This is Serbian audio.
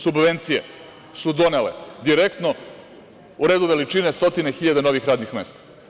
Subvencije su donele direktno, u redu veličine, stotine hiljada novih radnih mesta.